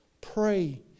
Pray